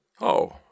Oh